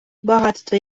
багатство